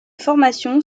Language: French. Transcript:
formation